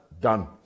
done